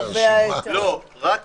לא, רק